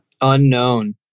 unknown